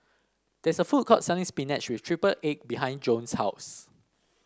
there is a food court selling spinach with triple egg behind Jones' house